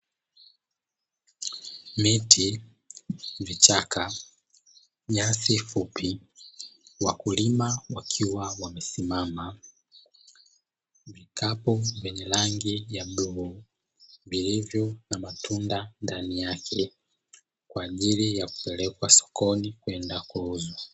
Miti, vichaka, nyasi fupi, wakulima wakiwa wamesimama, vikapu vyenye rangi ya bluu vilivyo na matunda ndani yake, kwa ajili ya kupelekwa sokoni kwenda kuuzwa.